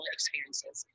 experiences